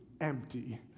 empty